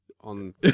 On